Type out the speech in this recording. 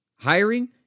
Hiring